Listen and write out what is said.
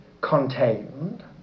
contained